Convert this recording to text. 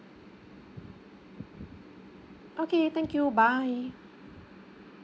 okay thank you bye